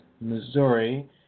Missouri